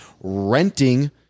renting